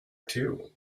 too